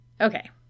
Okay